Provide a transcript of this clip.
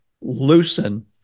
loosen